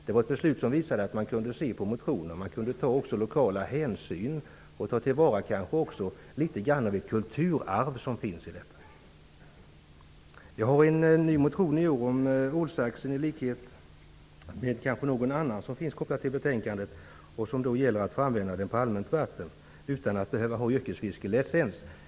Det var ett beslut som visade att man kunde ta lokala hänsyn och också ta till vara litet grand av ett kulturarv som finns i detta slags fiske. Jag har i år en motion, nr 4l3, som gäller -- kanske i likhet med någon annan som finns kopplad till betänkandet -- att man skall få använda ålsaxen på allmänt vatten utan att behöva ha yrkesfiskelicens.